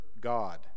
God